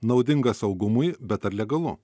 naudinga saugumui bet ar legalu